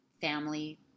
family